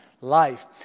Life